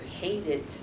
hated